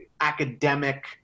academic